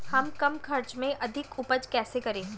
हम कम खर्च में अधिक उपज कैसे करें?